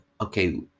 okay